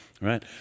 Right